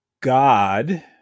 God